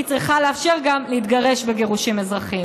היא צריכה לאפשר גם להתגרש בגירושים אזרחיים.